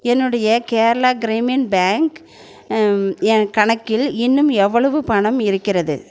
என்னுடைய கேரளா கிராமின் பேங்க் ஏன் கணக்கில் இன்னும் எவ்வளவு பணம் இருக்கிறது